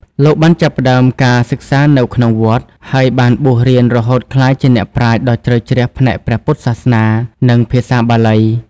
លោកបានចាប់ផ្ដើមការសិក្សានៅក្នុងវត្ត ហើយបានបួសរៀនរហូតក្លាយជាអ្នកប្រាជ្ញដ៏ជ្រៅជ្រះផ្នែកព្រះពុទ្ធសាសនា និងភាសាបាលី។